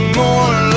more